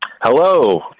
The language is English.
Hello